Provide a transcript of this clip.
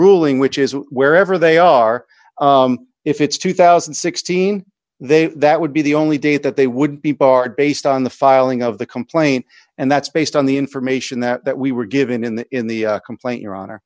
ruling which is wherever they are if it's two thousand and sixteen they that would be the only date that they would be barred based on the filing of the complaint and that's based on the information that we were given in the in the complaint your honor